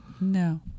No